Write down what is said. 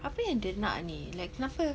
apa yang dia nak ni kenapa